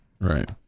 right